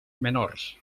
menors